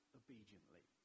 obediently